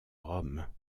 rome